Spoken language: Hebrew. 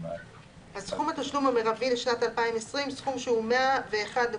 ״סכום התשלום המרבי לשנת 2020״ - סכום שהוא 101.5%